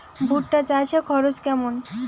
ভুট্টা চাষে খরচ কেমন?